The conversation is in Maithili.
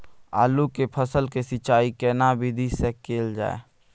आलू के फसल के सिंचाई केना विधी स कैल जाए?